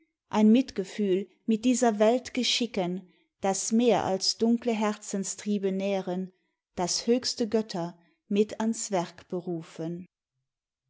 stufen ein mitgefühl mit dieser welt geschicken das mehr als dunkle herzenstriebe nähren das höchste götter mit ans werk berufen